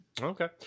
Okay